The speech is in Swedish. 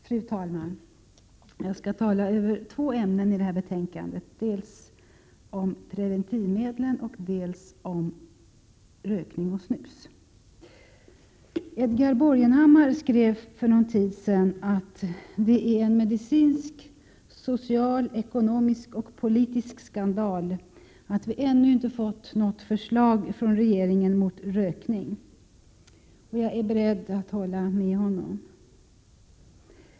Fru talman! Jag skall tala över två ämnen i detta betänkande, dels om preventivmedlen, dels om rökning och snus. Edgar Borgenhammar skrev för någon tid sedan att det är en medicinsk, social, ekonomisk och politisk skandal att vi ännu inte fått något förslag från regeringen mot rökning. Jag är beredd att hålla med honom.